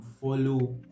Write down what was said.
follow